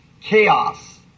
chaos